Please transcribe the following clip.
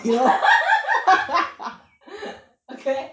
okay